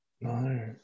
No